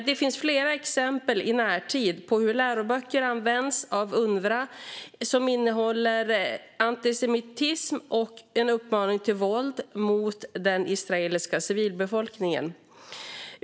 Det finns flera exempel i närtid på hur läroböcker som används av UNRWA innehåller antisemitism och uppmaningar till våld mot den israeliska civilbefolkningen.